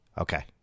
Okay